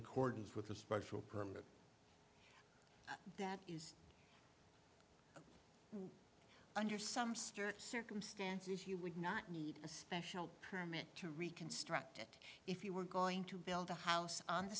accordance with a special permit that is under some stor circumstances you would not need a special permit to reconstruct it if you were going to build a house on the